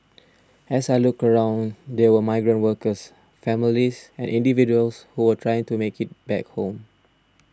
as I looked around there were migrant workers families and individuals who were trying to make it back home